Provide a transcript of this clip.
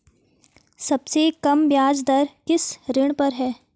सबसे कम ब्याज दर किस ऋण पर है?